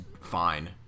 fine